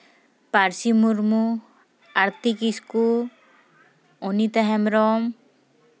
ᱯᱟᱹᱨᱥᱤ ᱢᱩᱨᱢᱩ ᱟᱨᱛᱤ ᱠᱤᱥᱠᱩ ᱚᱱᱤᱛᱟ ᱦᱮᱢᱵᱨᱚᱢ